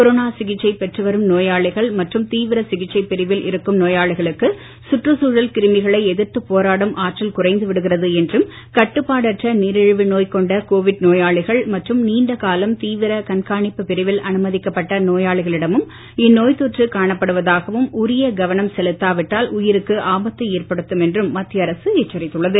corona சிகிச்சை பெற்று வரும் நோயாளிகள் மற்றும் தீவிர சிகிச்சை பிரிவில் இருக்கும் நோயாளிகளுக்கு சுற்றுச் சூழல் கிரிமிகளை எதிர்த்து போராடும் ஆற்றல் குறைந்து விடுகிறது என்றும் கட்டுப்பாடற்ற நீரிழிவு நோய் கொண்ட கோவிட் நோயாளிகள் மற்றும் நீண்டகாலம் தீவிர கண்காணிப்பு பிரிவில் அனுமதிக்கப்பட்ட நோயாளிகளிடமும் இந்நோய் தொற்று காணப்படுவதாகவும் உரிய கவனம் செலுத்தாவிட்டால் உயிருக்கு ஆபத்தை ஏற்படுத்தும் என்றும் மத்திய அரசு எச்சரித்துள்ளது